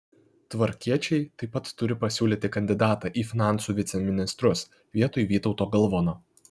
tvarkiečiai taip pat turi pasiūlyti kandidatą į finansų viceministrus vietoj vytauto galvono